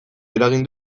eragin